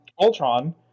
Ultron